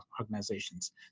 organizations